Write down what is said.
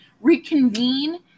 reconvene